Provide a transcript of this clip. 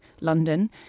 London